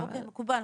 -- מקובל.